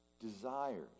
desires